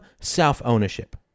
self-ownership